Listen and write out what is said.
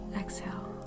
exhale